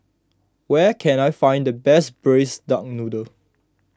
where can I find the best Braised Duck Noodle